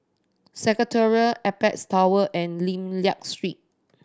Secretariat Apex Tower and Lim Liak Street